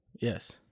yes